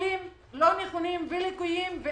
שיקולים לא נכונים ולקויים.